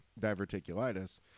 diverticulitis